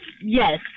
Yes